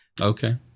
Okay